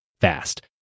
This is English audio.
fast